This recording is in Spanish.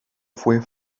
fue